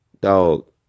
Dog